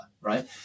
right